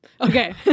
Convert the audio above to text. Okay